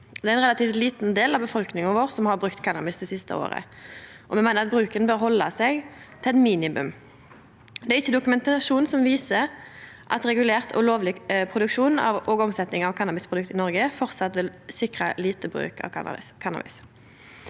Det er ein relativt liten del av befolkninga vår som har brukt cannabis det siste året, og me meiner at bruken bør halde seg til eit minimum. Det er ikkje dokumentasjon som viser at regulert og lovleg produksjon og omsetning av cannabisprodukt i Noreg framleis vil sikre lite bruk av cannabis.